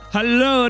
Hello